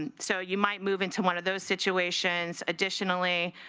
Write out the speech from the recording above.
and so you might move into one of those situations, additionally